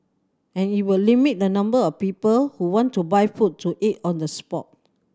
and it will limit the number of people who want to buy food to eat on the spot